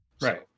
Right